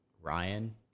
Ryan